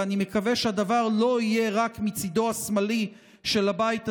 ואני מקווה שהדבר לא יהיה רק מצידו השמאלי של הבית הזה,